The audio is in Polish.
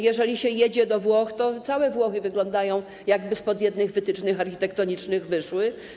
Jeżeli się jedzie do Włoch, to całe Włochy wyglądają jakby spod jednych wytycznych architektonicznych wyszły.